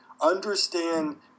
Understand